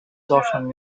gotten